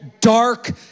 dark